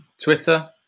Twitter